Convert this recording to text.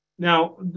Now